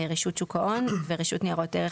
רשות שוק ההון ורשות ניירות ערך,